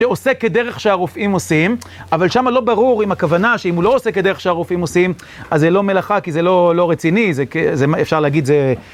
שעושה כדרך שהרופאים עושים, אבל שמה לא ברור עם הכוונה שאם הוא לא עושה כדרך שהרופאים עושים, אז זה לא מלאכה כי זה לא רציני, אפשר להגיד זה...